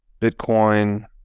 Bitcoin